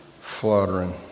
fluttering